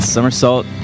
somersault